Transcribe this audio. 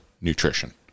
nutrition